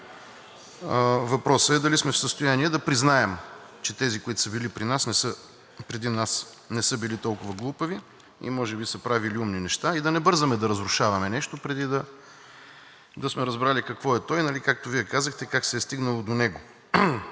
Въпросът е дали сме в състояние да признаем, че тези, които са били преди нас, не са били толкова глупави и може би са правили умни неща, и да не бързаме да разрушаваме нещо, преди да сме разбрали какво е то и както Вие казахте, как се е стигнало до него.